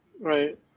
right